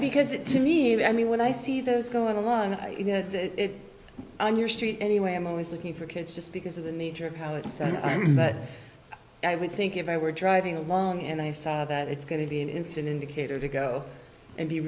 because it to me that i mean when i see those go on the line you know it's on your street anyway i'm always looking for kids just because of the nature of how it is but i would think if i were driving along and i saw that it's going to be an instant indicator to go and be